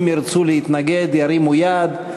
אם ירצו להתנגד ירימו יד,